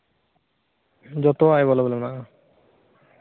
ᱡᱚᱛᱚᱣᱟᱜ ᱮᱵᱮᱞᱮᱵᱮᱞ ᱢᱮᱱᱟᱜᱼᱟ